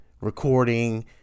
recording